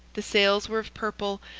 the sails were of purple,